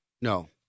No